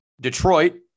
Detroit